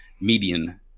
median